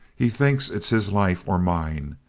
he thinks it's his life or mine,